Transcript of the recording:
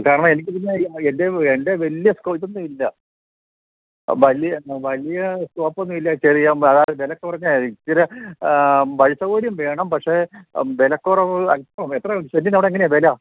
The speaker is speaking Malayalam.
കാരണം എനിക്ക് എൻ്റെ എൻ്റെ വലിയ ഇതൊന്നും ഇല്ല വലിയ സ്കോപ്പൊന്നും ഇല്ല അതായത് വില കുറഞ്ഞ ഇച്ചിര വഴിസൗകര്യം വേണം പക്ഷെ വിലക്കുറവ് അല്പം എത്ര സെന്റിന് അവിടെ എങ്ങനെയാണു വില